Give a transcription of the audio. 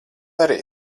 arī